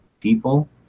people